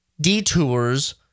detours